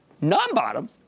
non-bottom